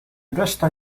reszta